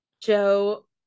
joe